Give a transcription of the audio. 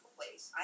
place